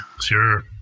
Sure